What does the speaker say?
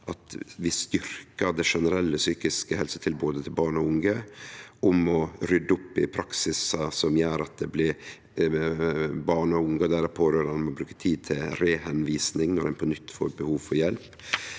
at vi styrkjer det generelle psykiske helsetilbodet til barn og unge, om å rydde opp i praksisar som gjer at barn og unge og deira pårørande må bruke tid på nye tilvisingar når ein på nytt får behov for hjelp,